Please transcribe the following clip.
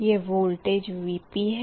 यह voltage Vp है